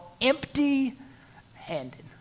empty-handed